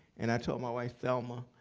and i told my wife thelma,